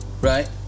right